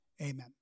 amen